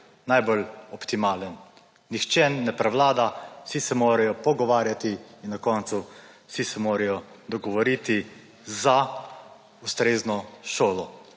najbolj optimalen. Nihče ne prevlada, vsi se morajo pogovarjati in na koncu vsi se morajo dogovoriti za ustrezno šolo.